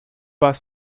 pas